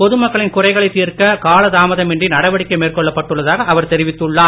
பொது மக்களின் குறைகளை தீர்க்க காலதாமதமின்றி நடவடிக்கை மேற்கொள்ளப்பட்டுள்ளதாக அவர் தெரிவித்துள்ளார்